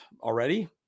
already